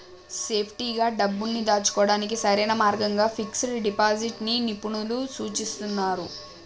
సేఫ్టీగా డబ్బుల్ని దాచుకోడానికి సరైన మార్గంగా ఫిక్స్డ్ డిపాజిట్ ని నిపుణులు సూచిస్తున్నరు